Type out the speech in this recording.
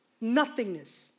Nothingness